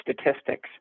statistics